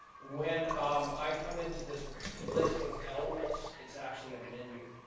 when um i come into this list of elements it's actually a menu,